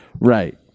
right